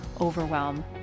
overwhelm